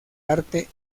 arte